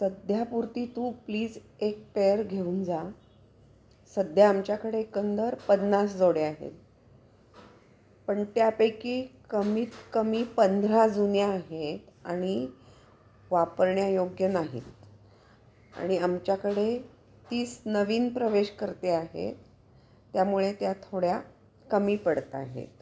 सध्यापुरती तू प्लीज एक पेयर घेऊन जा सध्या आमच्याकडे एकंदर पन्नास जोडे आहेत पण त्यापैकी कमीत कमी पंधरा जुन्या आहेत आणि वापरण्यायोग्य नाहीत आणि आमच्याकडे तीस नवीन प्रवेशकर्ते आहेत त्यामुळे त्या थोड्या कमी पडत आहेत